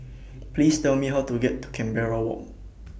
Please Tell Me How to get to Canberra Walk